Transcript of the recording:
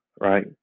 Right